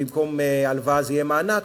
במקום הלוואה זה יהיה מענק,